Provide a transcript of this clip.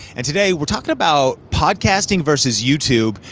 and today we're talking about podcasting versus youtube,